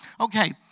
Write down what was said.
Okay